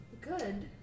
Good